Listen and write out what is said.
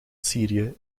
syrië